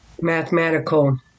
Mathematical